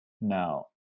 now